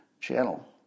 channel